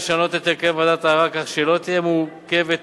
לשנות את הרכב ועדת הערר כך שלא תהיה מורכבת משלושה,